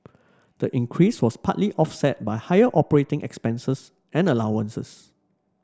the increase was partly offset by higher operating expenses and allowances